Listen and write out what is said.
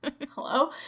hello